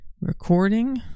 recording